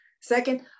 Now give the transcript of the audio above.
Second